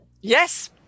yes